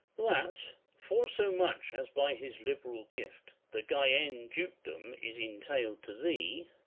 that, for so much as by his liberal gift the guyen dukedom is entailed to thee,